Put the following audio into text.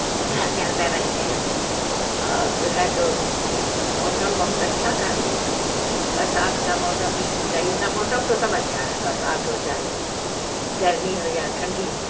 گھر کے اندر رہتے ہیں اور جو ہے تو موسم بہت اچھا تھا برسات کا موسم بھی صحیح تھا موسم تو سب اچھا ہے برسات ہو چاہے گرمی ہو یا ٹھنڈی ہو